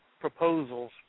proposals